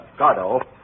Gardo